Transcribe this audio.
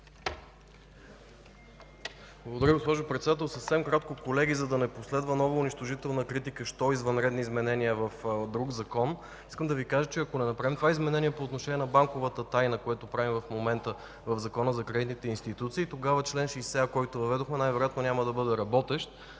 Благодаря, госпожо Председател. Съвсем кратко, колеги, за да не последва нова унищожителна критика относно извънредни изменения в друг закон. Искам да Ви кажа, че ако не направим това изменение по отношение на банковата тайна, което правим в момента в Закона за кредитните институции, тогава чл. 60а, който въведохме, най-вероятно няма да бъде работещ,